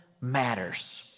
matters